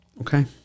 Okay